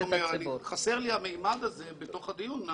לכן אני אומר, חסר לי הממד הזה בתוך הדיון.